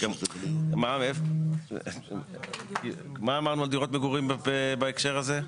--- מה אמרנו על דירות מגורים בהקשר זה,